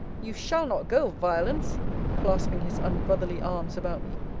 you shall not go, violence clasping his unbrotherly arms about me.